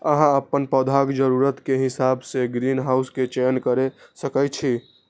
अहां अपन पौधाक जरूरत के हिसाब सं ग्रीनहाउस के चयन कैर सकै छी